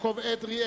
יעקב אדרי,